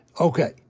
Okay